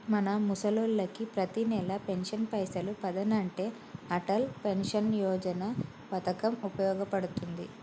మన ముసలోళ్ళకి పతినెల పెన్షన్ పైసలు పదనంటే అటల్ పెన్షన్ యోజన పథకం ఉపయోగ పడుతుంది